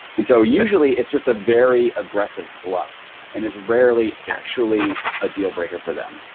and so usually it's just a very aggressive bluff and it's rarely actually a deal breaker for them,